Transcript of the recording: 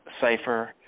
Safer